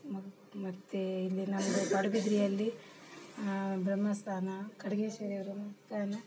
ಮತ್ತೆ ಮತ್ತೇ ಇಲ್ಲಿನ ಪಡುಬಿದ್ರಿಯಲ್ಲಿ ಬ್ರಹ್ಮಸ್ಥಾನ ಖಡ್ಗೇಶ್ವರಿಯವರ ಬ್ರಹ್ಮಸ್ಥಾನ